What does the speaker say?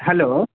hello